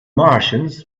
martians